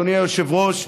אדוני היושב-ראש,